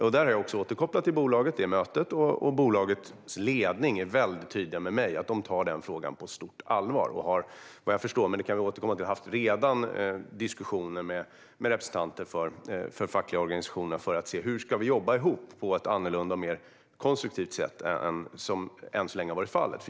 Jag har också återkopplat detta möte till bolaget, och bolagets ledning är mycket tydlig med mig att man tar denna fråga på stort allvar. Vad jag förstår - det kan vi återkomma till - har de redan haft diskussioner med representanter för de fackliga organisationerna för att se hur man ska jobba ihop på ett annorlunda och mer konstruktivt sätt än vad som hittills har varit fallet.